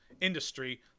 industry